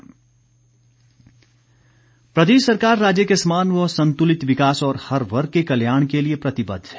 मुख्यमंत्री प्रदेश सरकार राज्य के समान व संतुलित विकास और हर वर्ग के कल्याण के लिए प्रतिबद्ध है